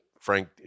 Frank